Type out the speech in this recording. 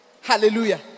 Hallelujah